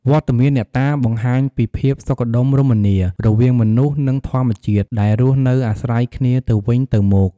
វត្តមានអ្នកតាបង្ហាញពីភាពសុខដុមរមនា រវាងមនុស្សនិងធម្មជាតិ ដែលរស់នៅអាស្រ័យគ្នាទៅវិញទៅមក។